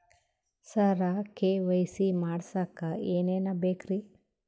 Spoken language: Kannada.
ಸರ ಕೆ.ವೈ.ಸಿ ಮಾಡಸಕ್ಕ ಎನೆನ ಬೇಕ್ರಿ?